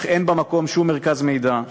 אך אין במקום שום מרכז מידע,